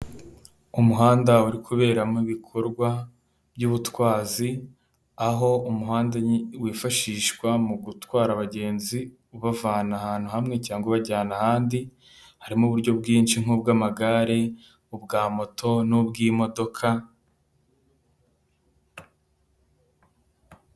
Umuhanda uri kuberamo ibikorwa by'ubutwazi, aho umuhanda wifashishwa mu gutwara abagenzi ubavana ahantu hamwe cyangwa ubajyana ahandi, harimo uburyo bwinshi nk'ubw'amagare, ubwa moto n'ubw'imodoka...